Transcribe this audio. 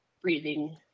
breathing